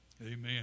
Amen